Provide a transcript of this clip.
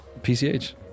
PCH